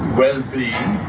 well-being